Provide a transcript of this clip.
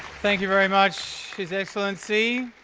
thank you very much, his excellency.